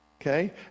okay